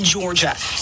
Georgia